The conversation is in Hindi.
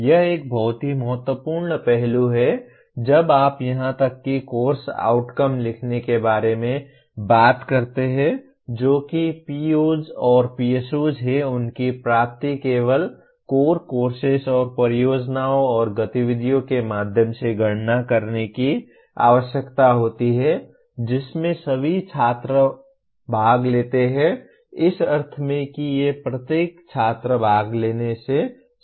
यह एक बहुत ही महत्वपूर्ण पहलू है जब आप यहां तक कि कोर्स आउटकम लिखने के बारे में बात करते हैं जो कि POs और PSOs हैं उनकी प्राप्ति केवल कोर कोर्सेस और परियोजनाओं और गतिविधियों के माध्यम से गणना करने की आवश्यकता होती है जिसमें सभी छात्र भाग लेते हैं इस अर्थ में कि ये प्रत्येक छात्र भाग लेने से संबंधित है